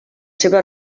seves